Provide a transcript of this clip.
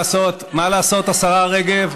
שלוש פעמים אמן, מה לעשות, השרה רגב,